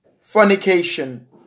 fornication